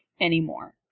anymore